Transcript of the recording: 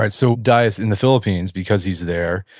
and so dyess, in the philippines because he's there,